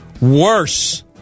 worse